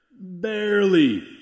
barely